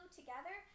together